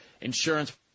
insurance